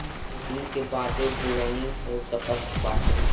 जोतनी के बादे बोअनी हो सकत बाटे